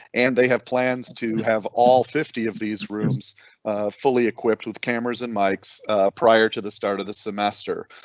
and they have plans to have all fifty of these rooms fully equipped with cameras and mics prior to the start of the semester.